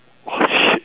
!wah! shit